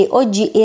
oggi